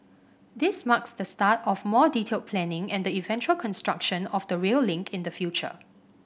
this marks the start of more detailed planning and the eventual construction of the rail link in the future